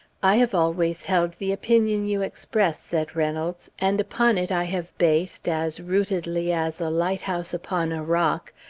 i have always held the opinion you express, said reynolds, and upon it i have based, as rootedly as a lighthouse upon a rock,